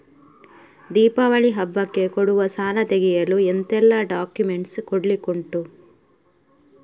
ದೀಪಾವಳಿ ಹಬ್ಬಕ್ಕೆ ಕೊಡುವ ಸಾಲ ತೆಗೆಯಲು ಎಂತೆಲ್ಲಾ ಡಾಕ್ಯುಮೆಂಟ್ಸ್ ಕೊಡ್ಲಿಕುಂಟು?